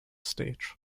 stage